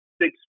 six